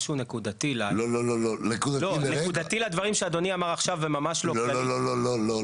משהו נקודתי לדברים שאדוני אמר עכשיו וממש לא --- לא,